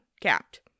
Capped